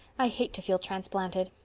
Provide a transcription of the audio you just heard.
i hate to feel transplanted.